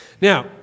Now